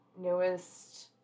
newest